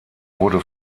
wurde